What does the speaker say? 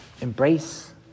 embrace